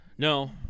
No